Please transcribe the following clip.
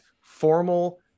formal